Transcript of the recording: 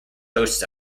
hosts